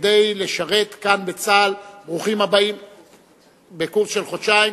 כדי לשרת כאן בצה"ל בקורס של חודשיים.